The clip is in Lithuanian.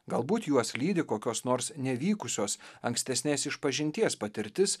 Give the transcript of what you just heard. galbūt juos lydi kokios nors nevykusios ankstesnės išpažinties patirtis